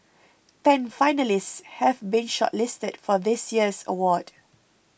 ten finalists have been shortlisted for this year's award